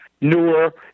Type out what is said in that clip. newer